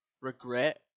regret